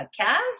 Podcast